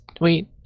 wait